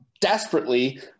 desperately